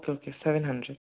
okay seven hundred